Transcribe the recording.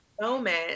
moment